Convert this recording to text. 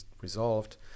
resolved